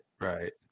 Right